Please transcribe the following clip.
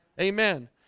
Amen